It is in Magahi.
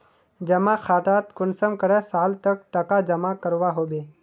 जमा खातात कुंसम करे साल तक टका जमा करवा होबे?